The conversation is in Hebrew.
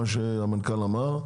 כמו שהמנכ"ל אמר.